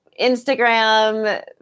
Instagram